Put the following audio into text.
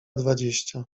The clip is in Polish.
dwadzieścia